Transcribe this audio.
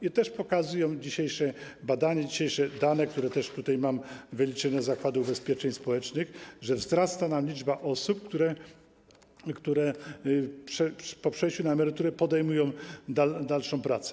I też pokazują dzisiejsze badania, dzisiejsze dane, które też tutaj mam, wyliczenia z Zakładu Ubezpieczeń Społecznych, że wzrasta nam liczba osób, które po przejściu na emeryturę podejmują dalszą pracę.